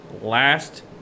last